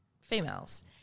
females